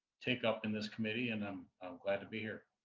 take up in this committee and i'm glad to be here.